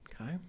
Okay